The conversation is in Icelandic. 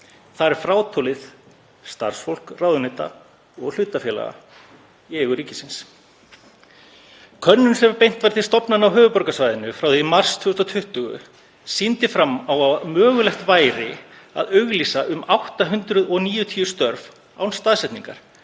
Þar er frátalið starfsfólk ráðuneyta og hlutafélaga í eigu ríkisins. Könnun sem beint var til stofnana á höfuðborgarsvæðinu frá í mars 2020 sýndi fram á að mögulegt væri að auglýsa um 890 störf án staðsetningar.